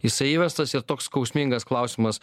jisai įvestas ir toks skausmingas klausimas